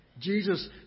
Jesus